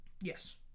Yes